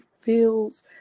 feels